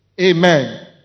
Amen